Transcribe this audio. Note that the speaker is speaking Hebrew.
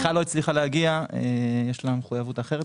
מיכל לא הצליחה להגיע, יש לה מחויבות אחרת.